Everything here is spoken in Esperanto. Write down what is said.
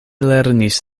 lernis